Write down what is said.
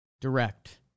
Direct